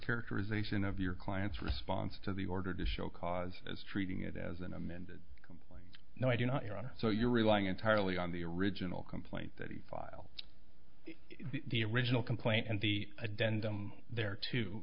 characterization of your client's response to the order to show cause as treating it as an amended going no i do not your honor so you're relying entirely on the original complaint that you file the original complaint and the a dent there to